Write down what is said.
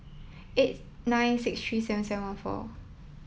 eight nine six three seven seven one four